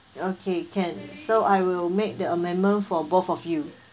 okay can so I will make the amendment for both of you